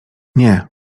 nie